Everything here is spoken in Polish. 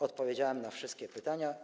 Odpowiedziałem na wszystkie pytania.